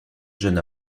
jeune